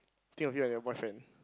think of you and your boyfriend